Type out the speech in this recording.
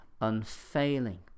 unfailing